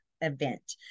event